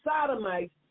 sodomites